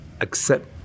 accept